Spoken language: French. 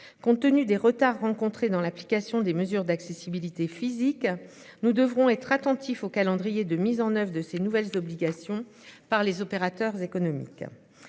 compte tenu des retards rencontrés dans l'application des mesures d'accessibilité physique, nous devrons être attentifs au calendrier de mise en oeuvre de ces nouvelles obligations par les opérateurs économiques.